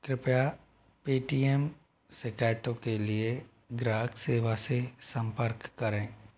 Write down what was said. कृपया पेटीएम शिकायतों के लिए ग्राहक सेवा से सम्पर्क करें